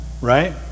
right